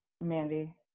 Mandy